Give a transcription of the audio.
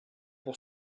pour